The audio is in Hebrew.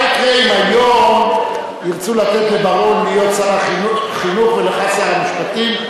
מה יקרה אם היום ירצו לתת לבר-און להיות שר החינוך ולך שר המשפטים?